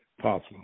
possible